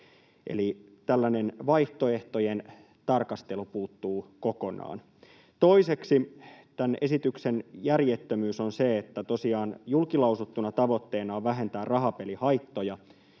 Eli tällainen vaihtoehtojen tarkastelu puuttuu kokonaan. Toiseksi tämän esityksen järjettömyys on se, että tosiaan julkilausuttuna tavoitteena on vähentää rahapelihaittoja